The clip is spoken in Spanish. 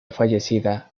fallecida